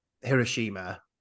Hiroshima